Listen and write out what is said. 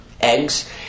eggs